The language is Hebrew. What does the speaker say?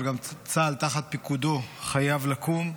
אבל גם צה"ל תחת פיקודו חייב לקום,